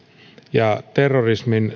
ja terrorismin